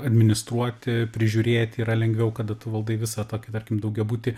administruoti prižiūrėti yra lengviau kada tu valdai visą tokį tarkim daugiabutį